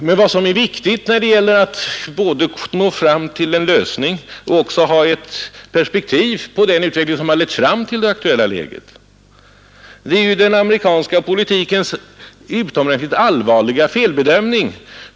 Men vad som är viktigt när det gäller att nå fram till en lösning och att även ha ett perspektiv på den utveckling som har lett fram till det aktuella läget är ju den amerikanska politikens utomordentligt allvarliga felbedömning.